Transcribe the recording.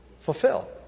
fulfill